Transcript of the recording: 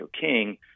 King